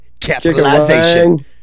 capitalization